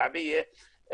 כעבייה,